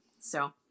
So-